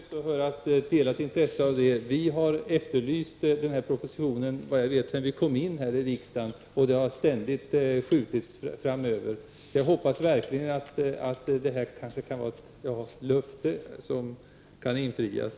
Fru talman! Det var roligt att höra att intresset för dessa saker delas av andra. Vi i miljöpartiet har, såvitt jag vet, alltsedan vi kom in i riksdagen efterlyst en proposition i detta sammanhang. Men den saken har ständigt skjutits på framtiden. Jag hoppas verkligen att det som här har sagts kan tolkas som ett löfte som kan infrias.